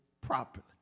properly